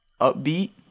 Upbeat